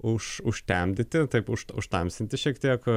už užtemdyti taip užtamsinti šiek tiek